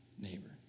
neighbor